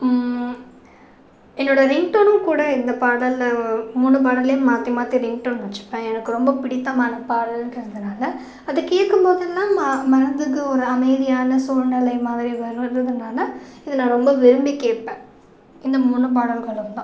என்னோடய ரிங்டோனும் கூட இந்த பாடலை மூணு பாடலையும் மாற்றி மாற்றி ரிங்டோன் வச்சுப்பேன் எனக்கு ரொம்ப பிடித்தமான பாடல்ன்றதனால் அது கேட்கும் போதெல்லாம் மனதுக்கு ஒரு அமைதியான சூழ்நிலை மாதிரி வர்றதுனால் இது நான் ரொம்ப விரும்பி கேட்பேன் இந்த மூணு பாடல்களும் தான்